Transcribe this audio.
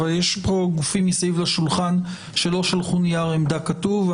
אבל יש פה גופים סביב השולחן שלא שלחו נייר עמדה כתוב.